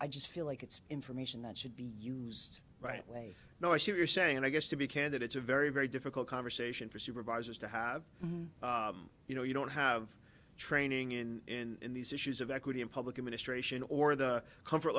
i just feel like it's information that should be used right way no i see you're saying and i guess to be candid it's a very very difficult conversation for supervisors to have you know you don't have training in these issues of equity in public administration or the comfort